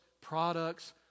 products